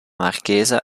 marchesa